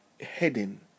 heading